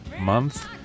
month